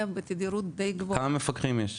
בתדירות דיי גבוהה --- כמה מפקחים יש?